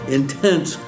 intense